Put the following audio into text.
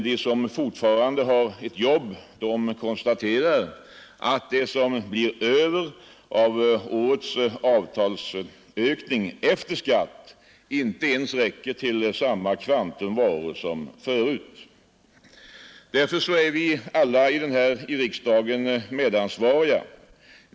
De som fortfarande har ett jobb konstaterar att det som blir över av årets löneökning efter skatt inte ens räcker till samma kvantum varor som tidigare, Därför är vi alla i denna riksdag medansvariga.